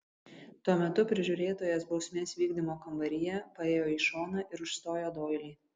tuo metu prižiūrėtojas bausmės vykdymo kambaryje paėjo į šoną ir užstojo doilį